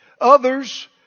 Others